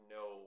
no